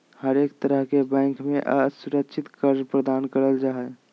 हरेक तरह के बैंक मे असुरक्षित कर्ज प्रदान करल जा हय